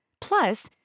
plus